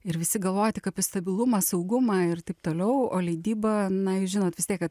ir visi galvojo tik apie stabilumą saugumą ir taip toliau o leidyba na jūs žinot vis tiek kad